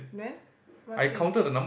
then what changed